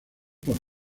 por